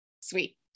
sweet